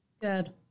Good